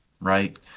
right